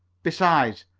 besides,